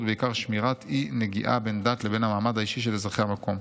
ובעיקר שמירת (אי) נגיעה בין הדת לבין המעמד האישי של אזרחי המקום.